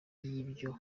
y’ibyo